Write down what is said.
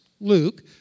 Luke